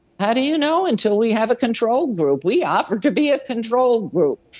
how do you know until we have a control group? we offer to be a control group.